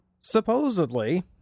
supposedly